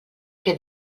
que